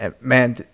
Man